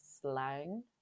slang